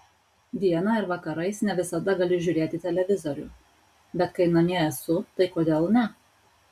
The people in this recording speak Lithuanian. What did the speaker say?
dieną ir vakarais ne visada galiu žiūrėti televizorių bet kai namie esu tai kodėl ne